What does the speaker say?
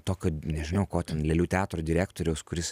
tokio nežinau ko ten lėlių teatro direktoriaus kuris